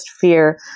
fear